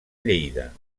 lleida